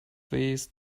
these